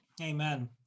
Amen